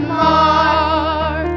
more